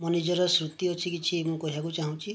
ମୋ ନିଜର ସ୍ମୃତି ଅଛି କିଛି ମୁଁ କହିବାକୁ ଚାହୁଁଛି